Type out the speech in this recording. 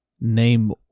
name